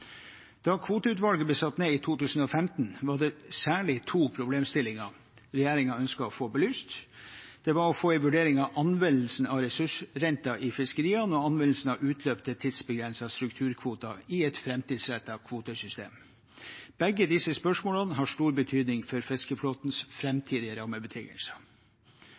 Da kvoteutvalget ble satt ned i 2015, var det særlig to problemstillinger regjeringen ønsket å få belyst. Det var å få en vurdering av anvendelsen av ressursrenten i fiskeriene og anvendelsen av utløpte tidsbegrensede strukturkvoter i et framtidsrettet kvotesystem. Begge disse spørsmålene har stor betydning for fiskeflåtens framtidige rammebetingelser.